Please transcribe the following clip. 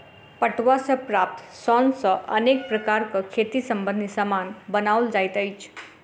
पटुआ सॅ प्राप्त सन सॅ अनेक प्रकारक खेती संबंधी सामान बनओल जाइत अछि